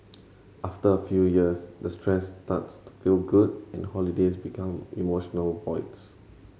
after a few years the stress starts to feel good and holidays become emotional voids